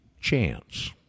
chance